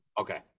Okay